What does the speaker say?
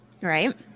Right